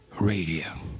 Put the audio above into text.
radio